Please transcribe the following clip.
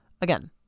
Again